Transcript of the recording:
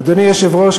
אדוני היושב-ראש,